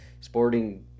Sporting